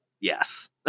yes